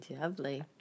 lovely